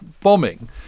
bombing